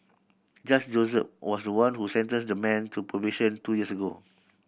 Judge Joseph was the one who sentenced the man to probation two years ago